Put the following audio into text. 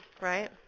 right